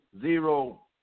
zero